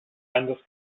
anders